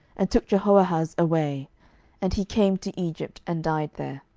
and took jehoahaz away and he came to egypt, and died there.